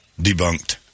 debunked